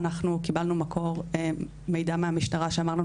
אנחנו קיבלנו מקור מידע מהמשטרה שאמר לנו